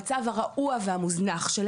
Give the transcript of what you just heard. כל אחד ידבר ארבע דקות כי בשעה 10:45 אנחנו